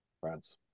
France